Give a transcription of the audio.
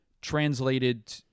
translated